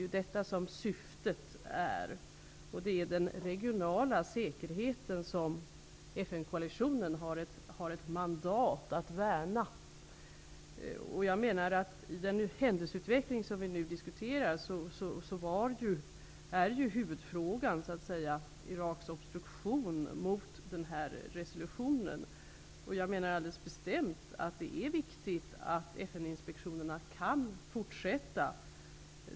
Det är syftet. Det är den regionala säkerheten som FN-koalitionen har ett mandat att värna. I den händelseutveckling som vi nu diskuterar är huvudfrågan Iraks obstruktion mot denna resolution. Jag menar alldeles bestämt att det är viktigt att FN-inspektionerna kan fortsätta.